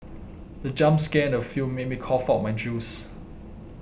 the jump scare in the film made me cough out my juice